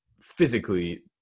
physically